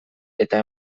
eta